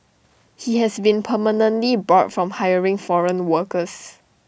he has been permanently barred from hiring foreign workers